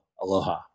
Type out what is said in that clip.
Aloha